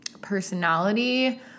personality